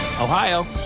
Ohio